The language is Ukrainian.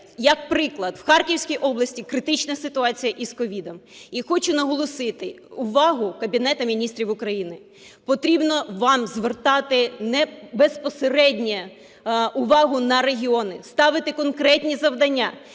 як приклад, в Харківській області критична ситуація із COVID. І хочу наголосити увагу Кабінету Міністрів України: потрібно вам звертати безпосередньо увагу на регіони, ставити конкретні завдання